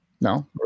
No